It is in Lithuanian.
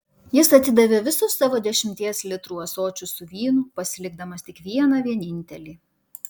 jis atidavė visus savo dešimties litrų ąsočius su vynu pasilikdamas tik vieną vienintelį